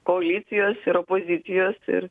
koalicijos ir opozicijos ir